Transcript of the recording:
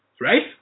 Right